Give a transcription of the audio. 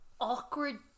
awkward